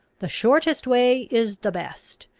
the shortest way is the best,